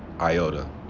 iota